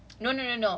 january but